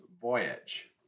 voyage